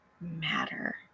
matter